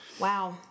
Wow